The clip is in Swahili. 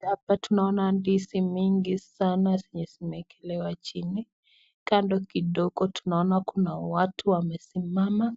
Hapa tunaona ndizi mingi sana zenye zimewekwa chini. Kando kidogo tunaona kuna watu wamesimama.